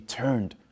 turned